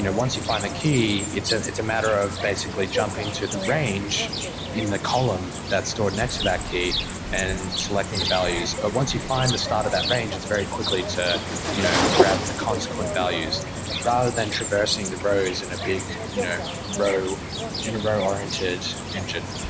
once you find the key, it's ah it's a matter of basically jumping to the range in the column that's stored next to that key and selecting the values. but once you find the start of that range, it's very quickly to you know grab the consequent values rather than traversing the rows big you know row in a row-oriented engine.